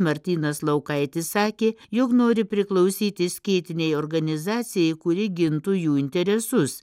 martynas laukaitis sakė jog nori priklausyti skėtinei organizacijai kuri gintų jų interesus